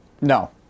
no